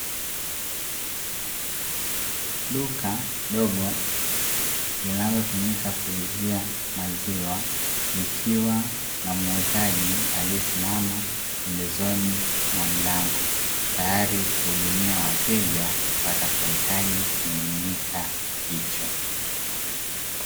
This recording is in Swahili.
Duka dogo linalotumika kuuzia maziwa likiwa na muuzaji aliyesimama pembezoni mwa mlango, tayari kuhudumia wateja watakaohitaji kimiminika hicho.